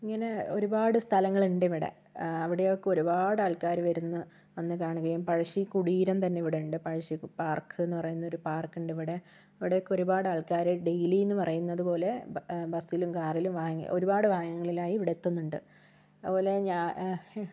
ഇങ്ങനെ ഒരുപാട് സ്ഥലങ്ങളുണ്ടിവിടെ അവിടെയൊക്കെ ഒരുപാട് ആൾക്കാര് വരുന്നു വന്നു കാണുകയും പഴശ്ശി കുടീരം തന്നെ ഇവിടെയുണ്ട് പഴശ്ശി പാർക്കെന്നു പറയുന്ന പാർക്കുണ്ടിവിടെ അവിടെയൊക്കെ ഒരുപാട് ആൾക്കാര് ഡെയ്ലി എന്നു പറയുന്നത് പോലെ ബസിലും കാറിലും വാനിലും ഒരുപാട് വാഹനങ്ങളിലായി ഇവിടെ എത്തുന്നുണ്ട് അതുപോലെ